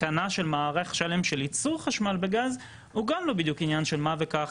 התקנה של מערך שלם של ייצור חשמל בגז הוא גם לא בדיוק עניין של מה בכך,